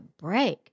break